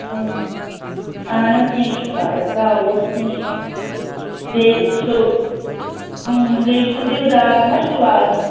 اَہن حظ کیٚنٛہہ چھُنہٕ پَرواے ترٛاوہوس کیٚنٛہہ چھُنہٕ بیٚیہِ چھُ بیٚیہِ چھُ دیودار ما چھُو لاگُن